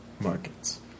markets